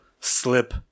slip